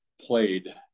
played